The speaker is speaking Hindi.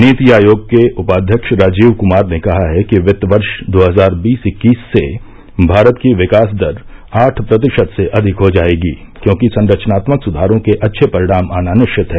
नीति आयोग के उपाध्यक्ष राजीव कमार ने कहा है कि वित्त वर्ष दो हजार बीस इक्कीस से भारत की विकास दर आठ प्रतिशत से अधिक हो जाएगी क्योंकि संरचनात्मक सुधारों के अच्छे परिणाम आना निश्चित हैं